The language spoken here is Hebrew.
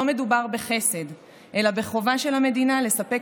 לא מדובר בחסד אלא בחובה של המדינה לספק